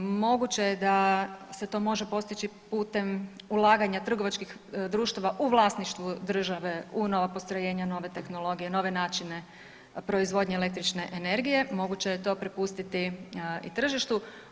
Moguće je da se to može postići putem ulaganja trgovačkih društava u vlasništvu države u nova postrojenja, nove tehnologije, nove načine proizvodnje električne energije, moguće je to prepustiti i tržištu.